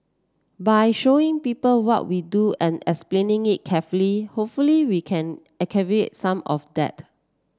by showing people what we do and explaining it carefully hopefully we can some of that